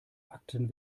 akten